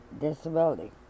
disability